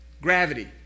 gravity